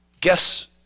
Guess